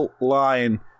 line